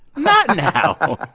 not now like,